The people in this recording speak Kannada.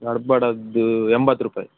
ಗಡ್ಬಡ್ ಅದು ಎಂಬತ್ತು ರೂಪಾಯಿ